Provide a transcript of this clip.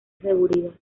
seguridad